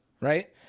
right